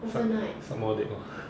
suck suck more dick lor